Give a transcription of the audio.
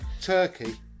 Turkey